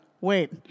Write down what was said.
Wait